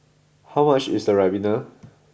how much is Ribena